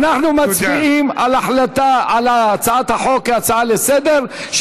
אנחנו מצביעים על הצעת החוק כהצעה לסדר-היום,